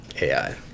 AI